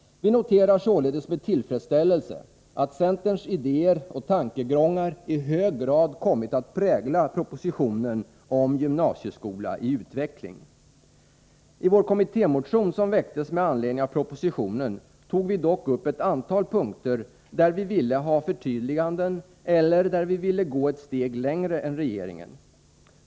Vi noterar således med tillfredsställelse att centerns idéer och tankegångar i hög grad kommit att prägla propositionen om gymnasieskola i utveckling. I vår kommittémotion som väcktes med anledning av propositionen, tog vi dock upp ett antal punkter på vilka vi ville ha förtydliganden eller där vi ville gå ett steg längre än regeringen.